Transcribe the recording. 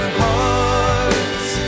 hearts